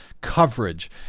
coverage